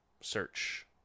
search